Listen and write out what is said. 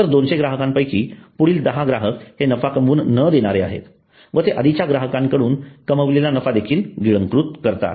तर 200 ग्राहकांपैकी पुढील 10 ग्राहक हे नफा कमवून न देणारे आहेत व ते आधीच्या ग्राहकांकडून कमविलेला नफा देखील गिळंकृत करतात